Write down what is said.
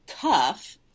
cuff